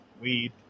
weed